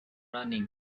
running